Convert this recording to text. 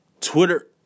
Twitter